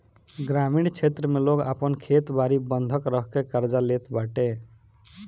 ग्रामीण क्षेत्र में लोग आपन खेत बारी बंधक रखके कर्जा लेत बाटे